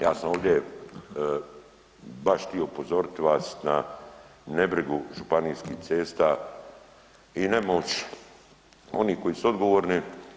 Ja sam ovdje baš tio upozorit vas na nebrigu županijskih cesta i nemoć onih koji su odgovorni.